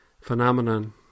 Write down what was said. phenomenon